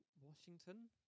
Washington